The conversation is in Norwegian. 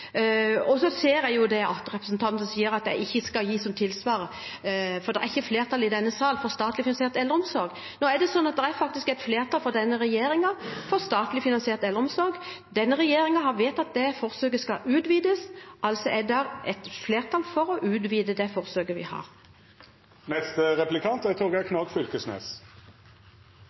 at representanten sier at jeg ikke skal gi som tilsvar – for det er det ikke flertall for i denne sal – statlig finansiert eldreomsorg. Det er faktisk flertall i denne regjeringen for statlig finansiert eldreomsorg. Denne regjeringen har fått vedtatt at forsøket skal utvides. Det er altså flertall for å utvide det forsøket vi har.